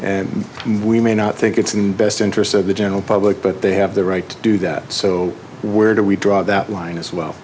we may not think it's in the best interest of the general public but they have the right to do that so where do we draw that line as well